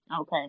okay